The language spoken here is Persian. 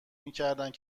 میکردند